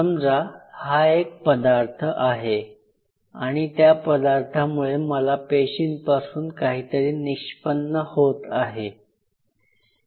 समजा एक पदार्थ आहे आणि त्या पदार्थामुळे मला पेशींपासून काहीतरी निष्पन्न होत आहे